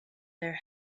their